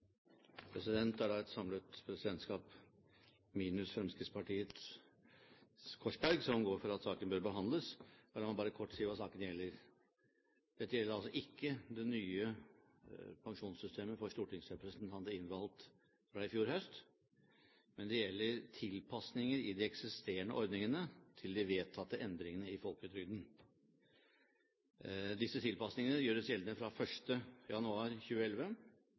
til. Det er da et samlet presidentskap, minus Fremskrittspartiets Øyvind Korsberg, som går for at saken bør behandles. La meg bare kort si hva saken gjelder. Dette gjelder altså ikke det nye pensjonssystemet for stortingsrepresentanter innvalgt fra i fjor høst, men det gjelder tilpasninger i de eksisterende ordningene til de vedtatte endringene i folketrygden. Disse tilpasningene gjøres gjeldende fra 1. januar 2011,